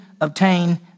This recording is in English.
obtain